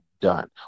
done